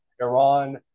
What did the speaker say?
Iran